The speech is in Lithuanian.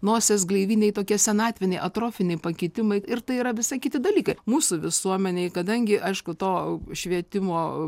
nosies gleivinėj tokie senatviniai atrofiniai pakitimai ir tai yra visai kiti dalykai mūsų visuomenėj kadangi aišku to švietimo